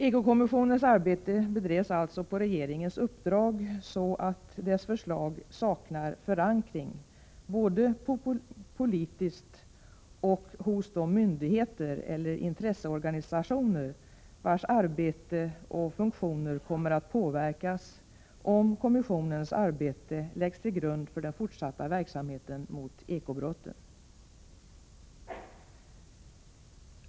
Ekokommissionens arbete bedrevs alltså på regeringens uppdrag så att dess förslag saknar förankring både politiskt och hos de myndigheter eller intresseorganisationer vars arbete och funktioner kommer att påverkas om kommissionens arbete läggs till grund för den fortsatta verksamheten mot eko-brotten.